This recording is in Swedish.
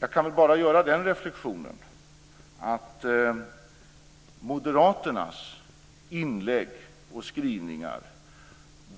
Jag kan bara göra den reflexionen att moderaternas inlägg och skrivningar